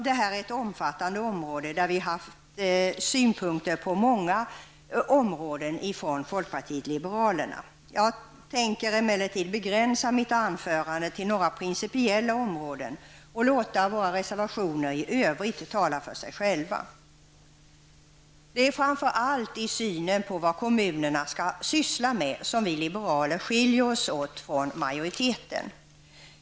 Det här är ett omfattande område där vi haft synpunkter på många punkter. Jag kommer emellertid att begränsa mitt anförande till några principiella områden och låta våra reservationer i övrigt tala för sig själva. Det är framför allt i synen på vad kommunerna skall syssla med, som vi liberaler skiljer oss från majoriteten.